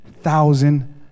thousand